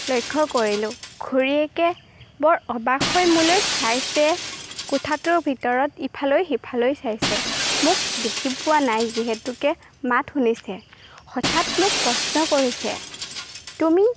লক্ষ্য কৰিলোঁ খুৰীয়েকে বৰ অবাক হৈ মোলৈ চাইছে কোঠাটোৰ ভিতৰত ইফালৈ সিফালৈ চাইছে মোক দেখি পোৱা নাই যিহেতুকে মাত শুনিছে হঠাৎ মোক প্ৰশ্ন কৰিছে তুমি